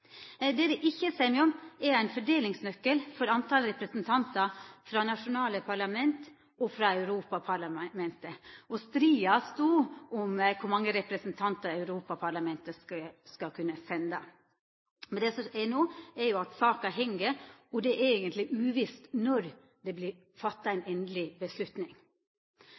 Det det ikkje er semje om, er ein fordelingsnøkkel for talet på representantar frå nasjonale parlament og frå Europaparlamentet. Striden stod om kor mange representantar Europaparlamentet skal kunna senda. Det som er saka no, er at ho heng, og at det eigentleg er uvisst når det vert gjort eit endeleg